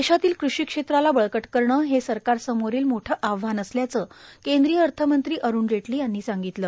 देशातील कृषी क्षेत्राला बळकट करणं हे सरकार समोरील मोठं आव्हान असल्याचं केंद्रीय अर्थमंत्री अरूण जेटली यांनी सांगितलं